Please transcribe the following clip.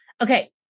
Okay